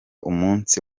umunsi